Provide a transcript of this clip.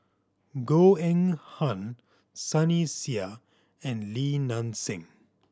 Goh Eng Han Sunny Sia and Li Nanxing